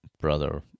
brother